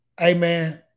Amen